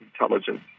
intelligence